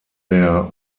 der